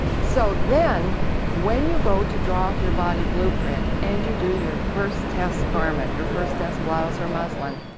so then when you go to draw off your body blueprint and you do your first test garment, your first test blouse or muslin,